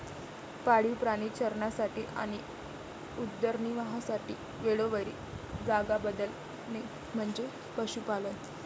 पाळीव प्राणी चरण्यासाठी आणि उदरनिर्वाहासाठी वेळोवेळी जागा बदलणे म्हणजे पशुपालन